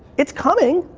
it's coming,